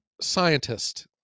scientist